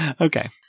Okay